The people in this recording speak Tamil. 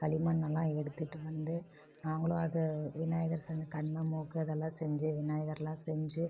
களிமண்ணெல்லாம் எடுத்துட்டு வந்து நாங்களும் அது விநாயகர் செஞ்சு கண்ணு மூக்கு இதெல்லாம் செஞ்சு விநாயகர்லாம் செஞ்சு